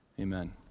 amen